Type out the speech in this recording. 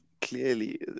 clearly